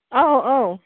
औ औ